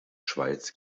schweiz